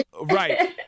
right